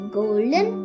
golden